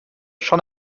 schon